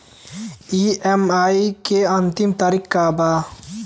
EMI के अंतिम तारीख का बा?